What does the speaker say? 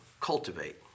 cultivate